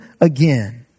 again